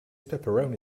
pepperoni